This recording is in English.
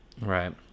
right